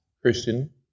Christian